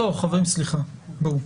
חברים, סליחה, בואו,